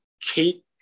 Kate